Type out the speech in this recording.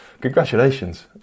Congratulations